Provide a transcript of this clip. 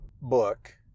book